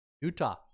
Utah